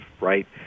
right